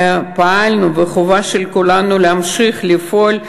פעלנו, וחובה של כולנו להמשיך לפעול,